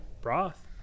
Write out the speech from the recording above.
broth